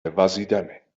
وزیدنه